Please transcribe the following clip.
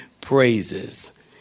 praises